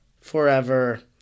forever